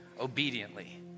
obediently